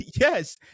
Yes